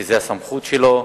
זאת הסמכות שלו,